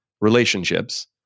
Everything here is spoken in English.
relationships